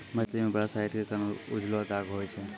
मछली मे पारासाइट क कारण उजलो दाग होय छै